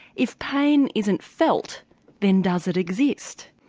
if pain isn't felt then does it exist?